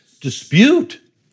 dispute